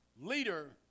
Leader